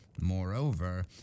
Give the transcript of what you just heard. Moreover